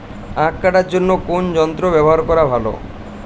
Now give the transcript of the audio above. আঁখ কাটার জন্য কোন যন্ত্র ব্যাবহার করা ভালো?